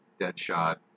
Deadshot